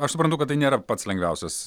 aš suprantu kad tai nėra pats lengviausias